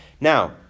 Now